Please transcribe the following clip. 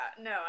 no